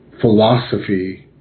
philosophy